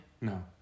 No